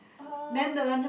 oh